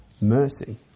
mercy